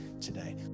today